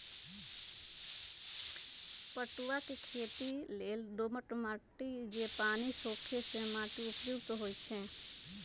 पटूआ के खेती लेल दोमट माटि जे पानि सोखे से माटि उपयुक्त होइ छइ